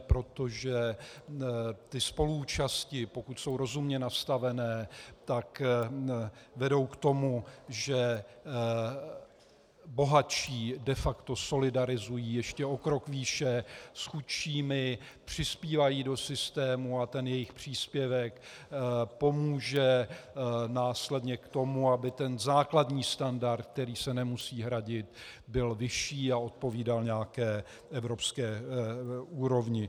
Protože ty spoluúčasti, pokud jsou rozumně nastavené, vedou k tomu, že bohatší de facto solidarizují ještě o krok výše s chudšími, přispívají do systému a ten jejich příspěvek pomůže následně k tomu, aby ten základní standard, který se nemusí hradit, byl vyšší a odpovídal nějaké evropské úrovni.